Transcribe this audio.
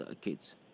kids